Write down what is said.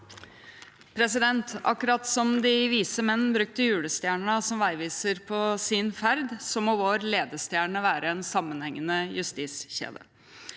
Akkurat som de vise menn brukte julestjernen som veiviser på sin ferd, må vår ledestjerne være en sammenhengende justiskjede.